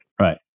Right